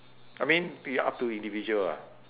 I mean be up to individual lah